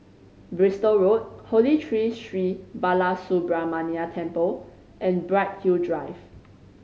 Bristol Road Holy Tree Sri Balasubramaniar Temple and Bright Hill Drive